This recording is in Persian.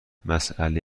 مساله